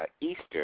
Easter